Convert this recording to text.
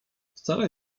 wcale